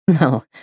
No